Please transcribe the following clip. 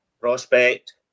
prospect